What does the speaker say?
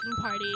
party